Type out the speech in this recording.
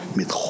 met